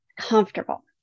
comfortable